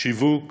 ושיווק